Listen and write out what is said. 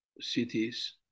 cities